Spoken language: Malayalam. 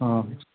ആ